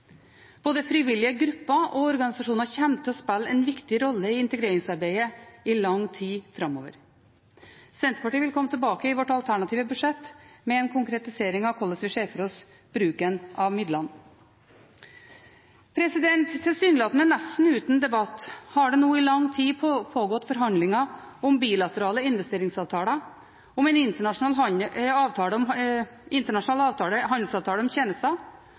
Både frivillige grupper og organisasjoner kommer til å spille en viktig rolle i integreringsarbeidet i lang tid framover. Senterpartiet vil komme tilbake i sitt alternative budsjett med en konkretisering av hvordan vi ser for oss bruken av midlene. Tilsynelatende nesten uten debatt har det nå i lang tid pågått forhandlinger om bilaterale investeringsavtaler, om en internasjonal handelsavtale om tjenester